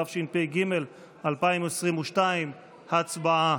התשפ"ג 2022. הצבעה.